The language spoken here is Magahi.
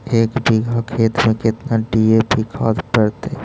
एक बिघा खेत में केतना डी.ए.पी खाद पड़तै?